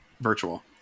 virtual